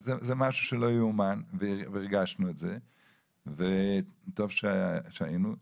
זה משהו שלא יאומן והרגשנו את זה וטוב שהיינו.